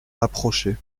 approcher